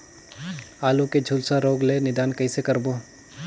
आलू के झुलसा रोग ले निदान कइसे करबो?